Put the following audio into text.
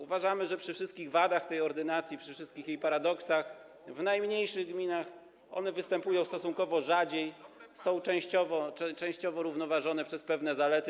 Uważamy, że przy wszystkich wadach tej ordynacji, przy wszystkich jej paradoksach w najmniejszych gminach one występują stosunkowo rzadziej, są częściowo równoważone przez pewne zalety.